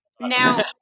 Now